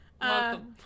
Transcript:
Welcome